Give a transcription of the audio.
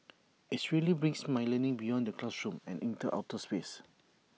IT really brings my learning beyond the classroom and into outer space